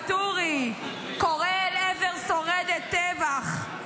ואטורי קורא אל עבר שורדת טבח: